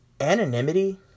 anonymity